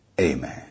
amen